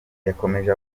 yakomeje